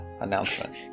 announcement